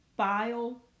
File